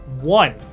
One